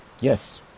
Yes